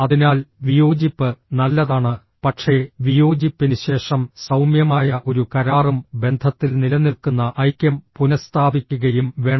അതിനാൽ വിയോജിപ്പ് നല്ലതാണ് പക്ഷേ വിയോജിപ്പിന് ശേഷം സൌമ്യമായ ഒരു കരാറും ബന്ധത്തിൽ നിലനിൽക്കുന്ന ഐക്യം പുനഃസ്ഥാപിക്കുകയും വേണം